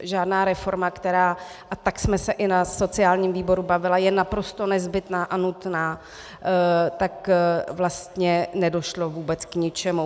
Žádná reforma, která, a tak jsme se i na sociálním výboru bavili, je naprosto nezbytná a nutná, tak vlastně nedošlo vůbec k ničemu.